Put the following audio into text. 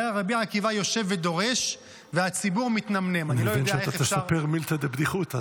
אני לא יודע איך אפשר --- אני מבין שאתה תספר מילתא דבדיחותא.